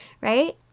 right